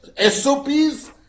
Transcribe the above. SOPs